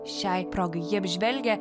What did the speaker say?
šiai progai ji apžvelgia